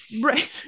right